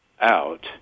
out